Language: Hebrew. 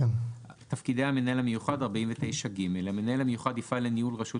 ממשיך להקריא: תפקידי המנהל המיוחד 49ג.(א)המנהל המיוחד יפעל לניהול רשות